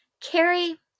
Carrie